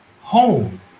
Home